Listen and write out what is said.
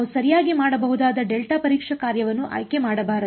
ನಾವು ಸರಿಯಾಗಿ ಮಾಡಬಹುದಾದ ಡೆಲ್ಟಾ ಪರೀಕ್ಷಾ ಕಾರ್ಯವನ್ನು ಆಯ್ಕೆ ಮಾಡಬಾರದು